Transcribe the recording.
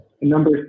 Number